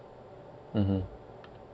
mmhmm